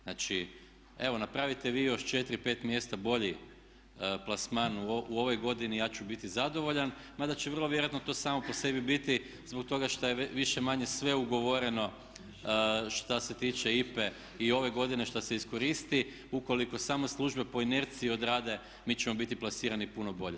Znači, evo napravite vi još 4, 5 mjesta bolji plasman u ovoj godini ja ću biti zadovoljan mada će vrlo vjerojatno to samo po sebi biti zbog toga što je više-manje sve ugovoreno šta se tiče IPA-e i ove godine šta se iskoristi ukoliko samo službe po inerciji odrade, mi ćemo biti plasirani puno bolje.